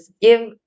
give